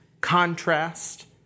contrast